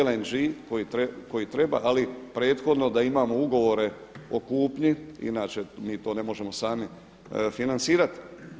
LNG koji treba, ali prethodno da imamo ugovore o kupnji inače mi to ne možemo sami financirati.